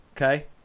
okay